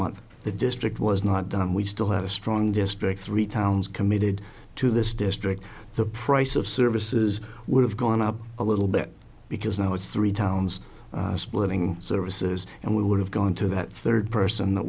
month the district was not done we still had a strong district three towns committed to this district the price of services would have gone up a little bit because now it's three towns splitting services and we would have gone to that third person that